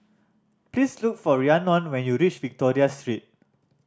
please look for Rhiannon when you reach Victoria Street